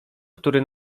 który